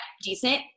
decent